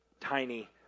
tiny